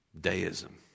deism